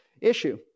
issue